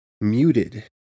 muted